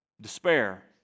despair